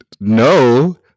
no